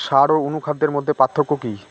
সার ও অনুখাদ্যের মধ্যে পার্থক্য কি?